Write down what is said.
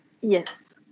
Yes